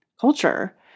culture